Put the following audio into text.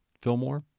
Fillmore